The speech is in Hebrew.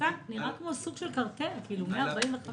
נראה כמו סוג של קרטל 145 שקלים.